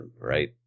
right